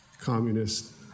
communist